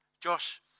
Josh